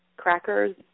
crackers